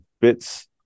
bits